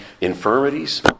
infirmities